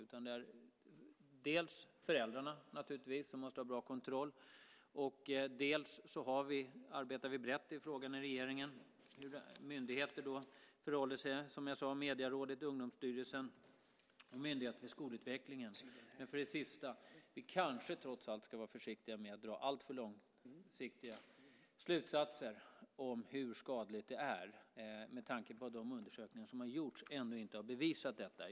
Dels är det naturligtvis föräldrarna som måste ha en bra kontroll, dels arbetar vi brett i regeringen med myndigheter med hur det förhåller sig - Medierådet, Ungdomsstyrelsen och Myndigheten för skolutveckling, inte minst den sistnämnda. Vi kanske ska vara lite försiktiga med att dra alltför långsiktiga slutsatser om hur skadligt det är med tanke på att de undersökningar som gjorts ännu inte har bevisat detta.